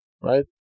Right